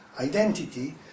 identity